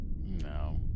no